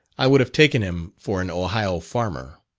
i would have taken him for an ohio farmer.